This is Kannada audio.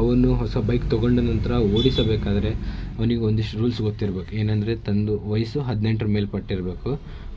ಅವನು ಹೊಸ ಬೈಕ್ ತೊಗೊಂಡ ನಂತರ ಓಡಿಸಬೇಕಾದರೆ ಅವ್ನಿಗೆ ಒಂದಿಷ್ಟು ರೂಲ್ಸ್ ಗೊತ್ತಿರಬೇಕು ಏನೆಂದ್ರೆ ತನ್ನದು ವಯಸ್ಸು ಹದಿನೆಂಟ್ರ ಮೇಲ್ಪಟ್ಟಿರಬೇಕು